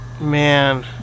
Man